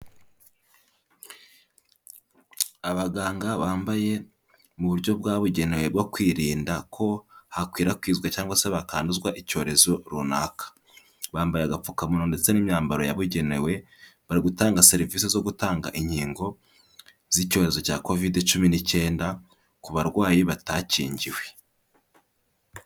Abaganga bambaye mu buryo bwabugenewe bwo kwirinda ko hakwirakwizwa cyangwa se bakanduzwa icyorezo runaka, bambaye agapfukamunwa ndetse n'imyambaro yabugenewe, bari gutanga serivisi zo gutanga inkingo z'icyorezo cya Covid cumi n'icyenda ku barwayi batakingiwe.